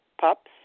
pups